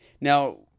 Now